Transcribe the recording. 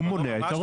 הוא מונע את הרוב.